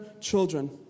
children